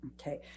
Okay